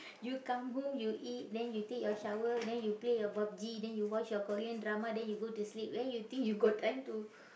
you come home you eat then you take your shower then you play your Pub-G then you watch your Korean drama then you go to sleep where you think you got time to